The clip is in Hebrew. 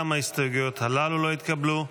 גם ההסתייגויות הללו לא התקבלו.